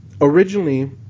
originally –